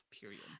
period